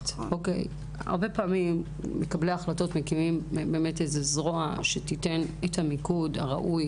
הרבה פעמים מקבלי ההחלטות מקימים זרוע שתיתן את המיקוד הראוי